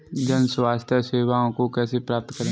जन स्वास्थ्य सेवाओं को कैसे प्राप्त करें?